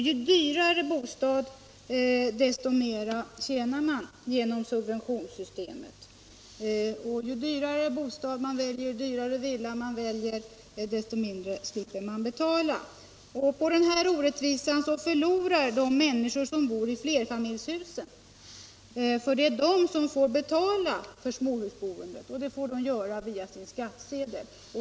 Ju dyrare, desto mer tjänar man till följd av subventionssystemet. Ju dyrare villa man väljer, desto mindre behöver man betala. På de här orättvisorna förlorar de människor som bor i flerfamiljshus, för det är de som får betala för småhusboendet, och de gör det via sin skattsedel.